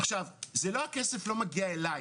סאגה בפני עצמה שצריך לדבר עליה.